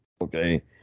okay